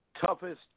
toughest